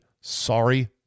sorry